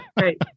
Right